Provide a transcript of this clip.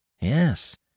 Yes